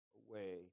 away